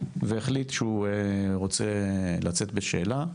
והוא החליט שהוא רוצה לצאת בשאלה.